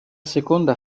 seconda